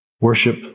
worship